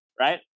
Right